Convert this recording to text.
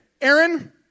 Aaron